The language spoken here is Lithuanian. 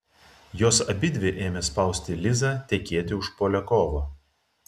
jos abidvi ėmė spausti lizą tekėti už poliakovo